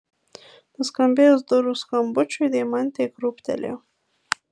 nuskambėjus durų skambučiui deimantė krūptelėjo